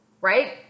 right